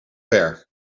ver